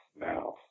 now